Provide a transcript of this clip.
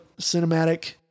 cinematic